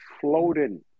floating